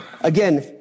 Again